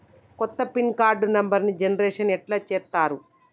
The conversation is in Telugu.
కొత్త పిన్ కార్డు నెంబర్ని జనరేషన్ ఎట్లా చేత్తరు?